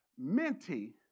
mentee